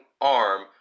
arm